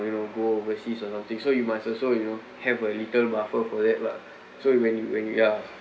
you know go overseas or something so you must also you know have a little buffer for that lah so when you when you ya